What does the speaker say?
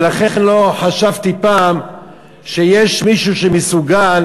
ולכן לא חשבתי פעם שיש מישהו שמסוגל